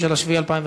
(הרחבת ההגדרה "אלימות מילולית"),